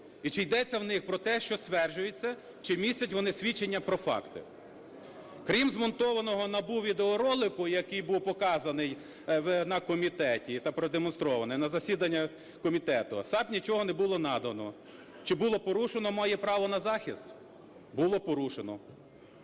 і чи йдеться у них про те, що стверджується, чи містять вони свідчення про факти. Крім змонтованого НАБУ відеоролику, який був показаний на комітеті та продемонстрований на засіданні комітету, САП нічого не було надано. Чи було порушено моє право на захист? Було порушено.